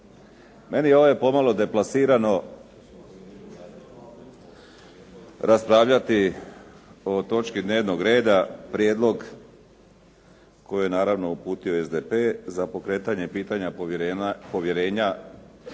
Meni je ovdje pomalo deplasirano raspravljati o točki dnevnog reda prijedlog koji je naravno uputio SDP za pokretanje pitanja povjerenja gospodinu